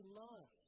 love